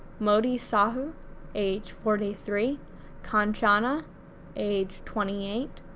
moti sahu age forty three kanchana age twenty eight,